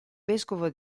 vescovo